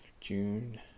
June